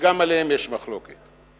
שגם עליהם יש מחלוקת.